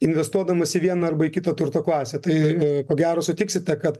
investuodamas į vieną arba į kito turto klasę tai ko gero sutiksite kad